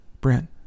Brent